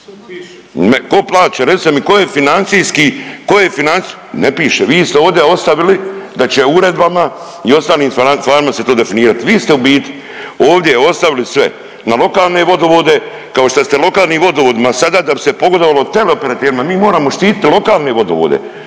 Tko plaća, recite mi tko je financijski, tko je financijski, ne piše, vi ste ovdje ostavili da će uredbama i ostalim stvarima se to definirati. Vi ste u biti ovdje ostavili sve na lokalne vodovode kao što ste lokalnim vodovodima sada da bi se pogodovalo teleoperaterima, mi moramo štiti lokalne vodovode